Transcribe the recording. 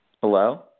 Hello